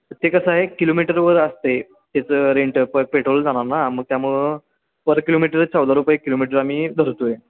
ते कसं आहे किलोमीटरवर असते त्याचं रेंट पेट्रोल जाणार ना मग त्यामुळं पर किलोमीटर चौदा रुपये किलोमीटर आम्ही धरतो आहे